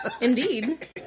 Indeed